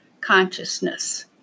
consciousness